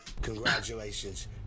Congratulations